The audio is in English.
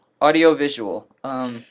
Audio-visual